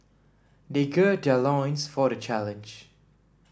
they gird their loins for the challenge